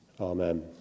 Amen